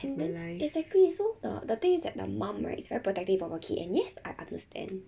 and then exactly so the the thing is that the mum right is very protective of her kid and yes I understand